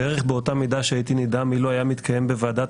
בערך באותה מידה שהייתי נדהם אילו היה מתקיים בוועדת